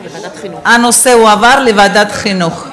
ההצעה להעביר את הנושא לוועדת החינוך,